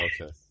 Okay